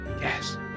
yes